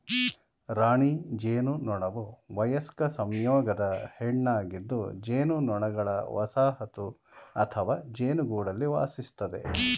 ರಾಣಿ ಜೇನುನೊಣವುವಯಸ್ಕ ಸಂಯೋಗದ ಹೆಣ್ಣಾಗಿದ್ದುಜೇನುನೊಣಗಳವಸಾಹತುಅಥವಾಜೇನುಗೂಡಲ್ಲಿವಾಸಿಸ್ತದೆ